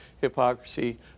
hypocrisy